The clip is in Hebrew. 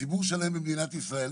שציבור שלם במדינת ישראל,